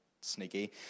sneaky